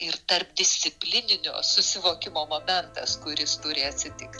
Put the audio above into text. ir tarpdisciplininio susivokimo momentas kuris turi atsitik